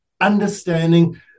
understanding